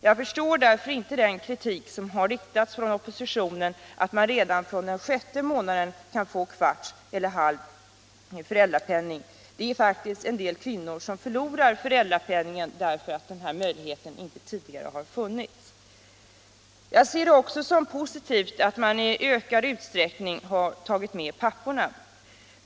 Jag förstår därför inte den kritik som har riktats från oppositionen mot att man redan från den sjätte månaden kan få en kvarts eller en halv föräldrapenning — det är faktiskt en del kvinnor som förlorar föräldrapenningen därför att den möjligheten inte tidigare har funnits. Jag ser det också som positivt att man i ökad utsträckning har tagit med papporna.